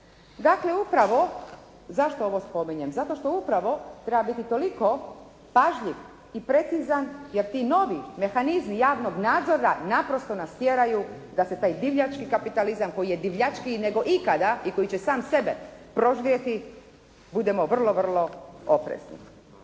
dakle, upravo zašto ovo spominjem? Zato što upravo treba biti toliko pažljiv i precizan jer ti novi mehanizmi javnog nadzora naprosto nas tjeraju da se taj divljački kapitalizam koji je divljačkiji nego ikada i koji će sam sebe proždrijeti budemo vrlo, vrlo oprezni.